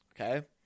Okay